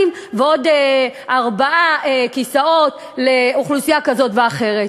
ועוד ארבעה כיסאות לאוכלוסייה כזאת ואחרת.